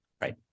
Right